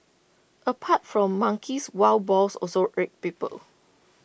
apart from monkeys wild boars also irk people